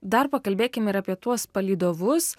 dar pakalbėkime ir apie tuos palydovus